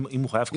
אם הוא חייב כסף.